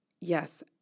Yes